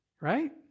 right